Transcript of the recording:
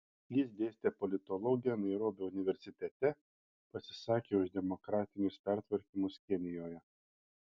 jis dėstė politologiją nairobio universitete pasisakė už demokratinius pertvarkymus kenijoje